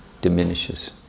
diminishes